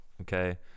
okay